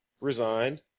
resigned